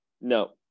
No